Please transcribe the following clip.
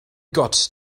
gott